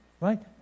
right